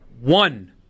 One